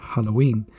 Halloween